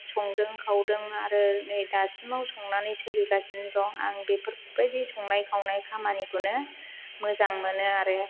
संदों खावदों आरो नै दासिमाव संनानै सोलिगासिनो दं आं बेफोरबायदि संनाय खावनाय खामानिखौनो मोजां मोनो आरो